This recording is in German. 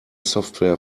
software